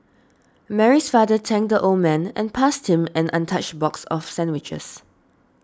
Mary's father thanked the old man and passed him an untouched box of sandwiches